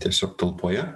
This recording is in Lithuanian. tiesiog talpoje